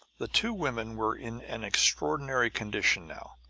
the two women were in an extraordinary condition now.